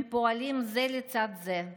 הם פועלים זה לצד זה,